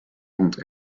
rond